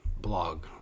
blog